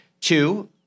Two